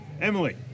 Emily